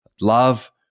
love